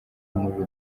umuriro